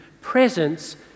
presence